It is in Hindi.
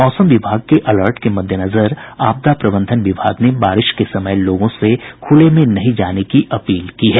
मौसम विभाग के अलर्ट के मद्देनजर आपदा प्रबंधन विभाग ने बारिश के समय लोगों से खुले में नहीं जाने की अपील की है